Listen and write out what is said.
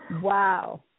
Wow